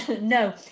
No